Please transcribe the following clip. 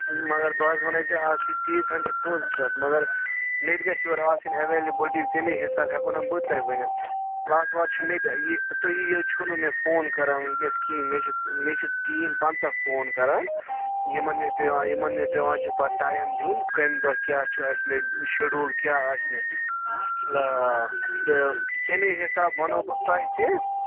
مگر بہٕ حظ وَنے ژےٚ اَکھ چیٖز تیٖژہَن چھُ پوٚز کَتھ مگر مےٚ تہِ گَژھِ یورٕ آسٕنۍ ایٚویلبُلٹی تَمےَ حِساب ہٮ۪کو نا بہٕ تۅہہِ ؤنِتھ آتھوارِ چھِ مےٚ تہِ یہِ تُہی یوت چھُنہٕ مےٚ فون کَران وُنکٮ۪س کِہیٖنٛۍ مےٚ چھِ مےٚ چھِ ٹیٖم پنٛژاہ فون کَران یِمن مےٚ پٮ۪وان یِمن مےٚ پٮ۪وان چھُ ٹایِم دیُن کَمہِ دۄہ کیٛاہ چھُ اَسہِ مےٚ شڈیوٗل کیٛاہ آسہِ مےٚ آ تہٕ تَمےَ حِساب وَنہو بہٕ تۅہہِ تہِ